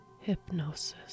hypnosis